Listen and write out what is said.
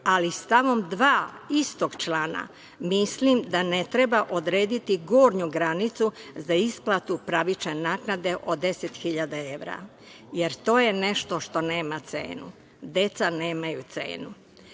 ali stavom 2. istog člana mislim da ne treba odrediti gornju granicu za isplatu pravične naknade od 10 hiljada evra, jer to je nešto što nema cenu. Deca nemaju cenu.No,